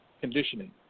conditioning